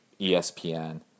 ESPN